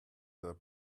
their